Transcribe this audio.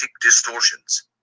distortions